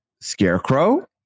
Scarecrow